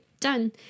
done